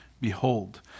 Behold